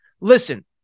Listen